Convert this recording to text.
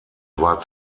war